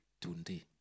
today